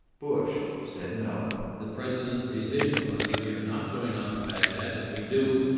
bush said no the president's decision was, we are not going on to baghdad. if we do,